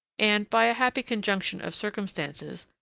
and, by a happy conjunction of circumstances,